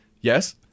Yes